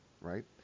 right